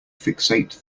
fixate